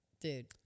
Dude